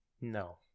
No